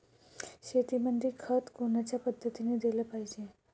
शेतीमंदी खत कोनच्या पद्धतीने देलं पाहिजे?